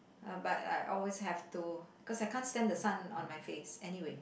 uh but like always have to cause I can't stand the sun on my face anyway